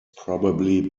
probably